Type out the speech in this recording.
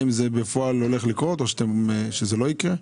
האם זה בפועל הולך לקרות או שזה לא יקרה?